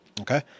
Okay